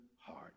heart